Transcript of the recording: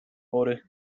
pory